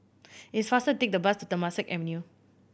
it is faster take the bus to Temasek Avenue